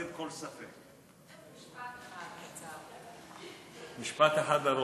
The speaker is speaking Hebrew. משום שעיריית חיפה סירבה לתת רישיון עסק לצינור